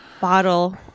bottle